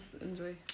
enjoy